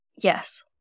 Yes